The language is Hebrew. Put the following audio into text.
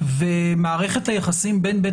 ומערכת היחסים בין בית